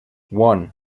one